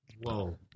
Whoa